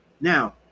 Now